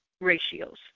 ratios